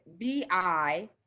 BI